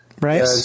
Right